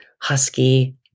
husky